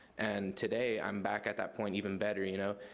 and today, i'm back at that point even better, you know?